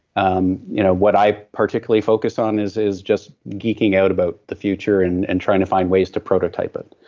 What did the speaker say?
um you know what i particularly focus on is is just geeking out about the future and and trying to find ways to prototype it.